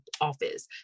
office